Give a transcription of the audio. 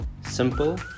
simple